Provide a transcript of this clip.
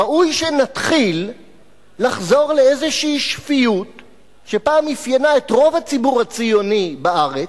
ראוי שנתחיל לחזור לאיזו שפיות שפעם אפיינה את רוב הציבור הציוני בארץ,